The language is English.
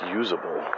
usable